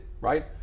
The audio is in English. right